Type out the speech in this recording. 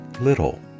little